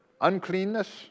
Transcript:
uncleanness